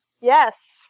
Yes